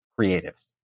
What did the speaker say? creatives